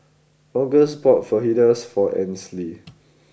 August bought Fajitas for Ainsley